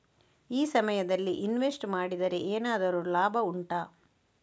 ಈ ಸಮಯದಲ್ಲಿ ಇನ್ವೆಸ್ಟ್ ಮಾಡಿದರೆ ಏನಾದರೂ ಲಾಭ ಉಂಟಾ